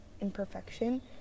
imperfection